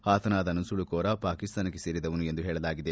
ಹತನಾದ ನುಸುಳುಕೋರ ಪಾಕಿಸ್ತಾನಕ್ಕೆ ಸೇರಿದವನು ಎಂದು ಹೇಳಲಾಗಿದೆ